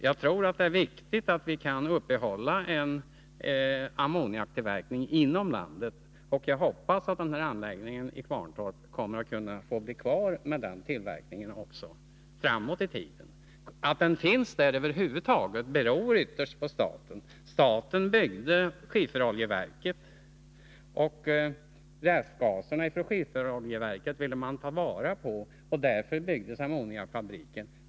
Jag tror att det är viktigt att vi kan uppehålla en ammoniaktillverkning inom landet, och jag hoppas att anläggningen i Kvarntorp kommer att få bli kvar med denna tillverkning även framåt i tiden. Att den över huvud taget finns i Kvarntorp beror ytterst på staten. Staten byggde skifferoljeverket. Man ville ta vara på restgaserna från skifferoljeverket, och därför byggdes ammoniakfabriken.